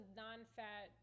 non-fat